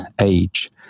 age